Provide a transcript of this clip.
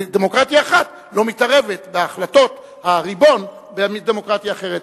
דמוקרטיה אחת לא תתערב בהחלטות הריבון בדמוקרטיה אחרת.